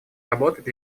работать